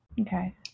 Okay